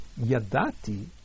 Yadati